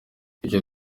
icyo